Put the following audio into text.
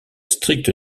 stricte